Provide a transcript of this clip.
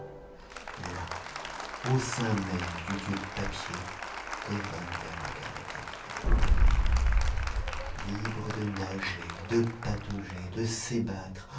là au sein même du dieu papier que van der hogen était bien libre de nager de patauger de s'ébattre